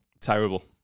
terrible